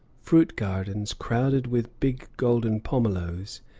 fruit-gardens, crowded with big golden pomolos,